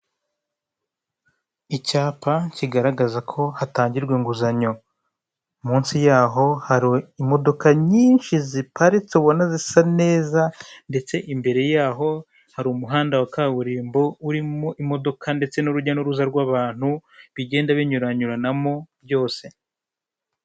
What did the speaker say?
Icyapa kigaragaza ko hatangirwa inguzanyo, munsi yaho hari imdoka nyinshi ziparitse ubona zisa neza, ndetse imbere y'aho hari umuhanda wa kaburimbo urimo imodoka ndetse n'urujya n'uruza rw'abantu, bigenda binyuranyuranamo byose.